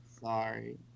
sorry